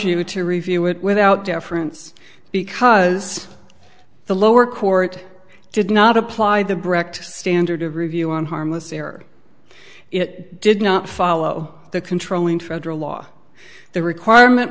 you to review it without deference because the lower court did not apply the brecht standard of review on harmless error it did not follow the controlling federal law the requirement